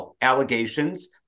allegations